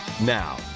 Now